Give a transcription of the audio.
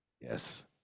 Yes